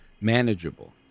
manageable